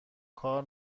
کار